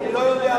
אני לא יודע.